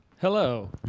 hello